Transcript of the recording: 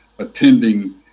attending